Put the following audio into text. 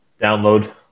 Download